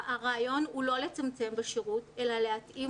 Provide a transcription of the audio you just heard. הרעיון הוא לא לצמצם בשירות אלא להתאים